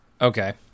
Okay